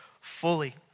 fully